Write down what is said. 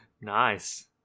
Nice